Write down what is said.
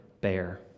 bear